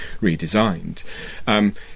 redesigned